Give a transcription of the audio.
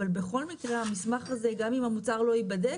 אבל בכל מקרה המסמך הזה גם אם המוצר לא ייבדק